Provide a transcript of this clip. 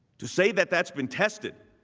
to say that that's been tested